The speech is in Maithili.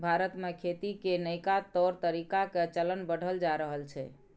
भारत में खेती के नइका तौर तरीका के चलन बढ़ल जा रहल छइ